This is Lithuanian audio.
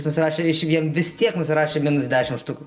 susirašė išvien vis tiek nusirašė minus dešimt štukų